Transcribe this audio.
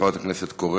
חברת הכנסת קורן,